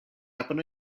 happen